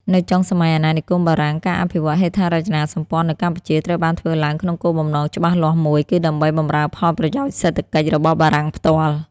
នៅចុងសម័យអាណានិគមបារាំង ការអភិវឌ្ឍន៍ហេដ្ឋារចនាសម្ព័ន្ធនៅកម្ពុជាត្រូវបានធ្វើឡើងក្នុងគោលបំណងច្បាស់លាស់មួយ គឺដើម្បីបម្រើផលប្រយោជន៍សេដ្ឋកិច្ចរបស់បារាំងផ្ទាល់។